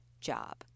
job